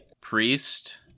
priest